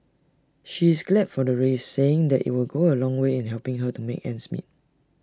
she is glad for the raise saying IT will go A long way in helping her to make ends meet